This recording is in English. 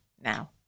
now